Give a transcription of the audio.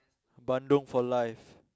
Bandung for life